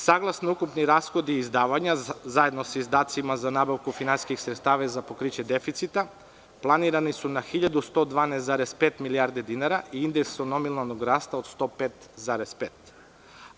Saglasno ukupni rashodi i izdavanja zajedno sa izdacima za nabavku finansijskih sredstava za pokriće deficita planirani su na 1.112,5 milijardi dinara i indeksom nominalnog rasta od 105,5.